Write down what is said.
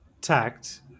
tact